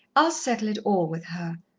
i'll settle it all with her.